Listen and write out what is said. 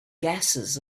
gases